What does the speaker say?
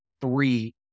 three